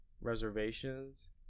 reservations